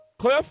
Cliff